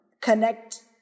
connect